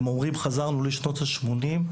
הם אומרים שהם חזרו לשנות השמונים.